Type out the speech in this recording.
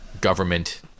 government